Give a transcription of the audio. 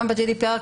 גם ב-GDPR,